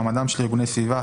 מעמדם של ארגוני סביבה),